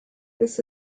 this